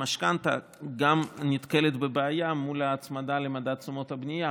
גם במשכנתה נתקלים בבעיה מול ההצמדה למדד תשומות הבנייה,